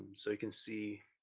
so you can see